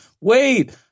Wait